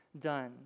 done